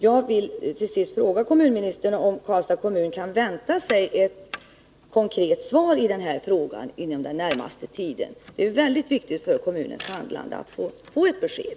Jag vill till sist fråga kommunministern om Karlstads kommun kan vänta sig ett konkret svar rörande den här frågan inom den närmaste tiden. Det är mycket viktigt för kommunens handlande att få ett besked.